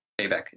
payback